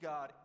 God